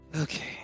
Okay